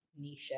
Nisha